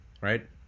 right